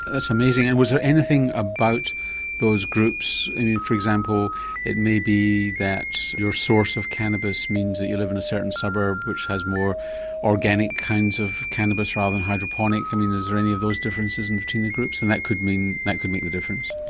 that's amazing. and was there anything about those groups for example it may be that your source of cannabis means that you live in a certain suburb which has more organic kinds of cannabis rather than hydroponic. i mean is there any of those differences in between the groups and that could mean that could make the difference?